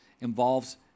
involves